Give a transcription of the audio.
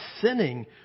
sinning